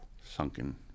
sunken